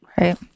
right